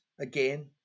again